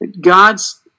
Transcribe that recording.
God's